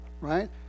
right